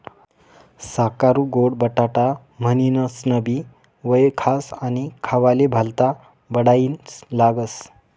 साकरु गोड बटाटा म्हनीनसनबी वयखास आणि खावाले भल्ता बडाईना लागस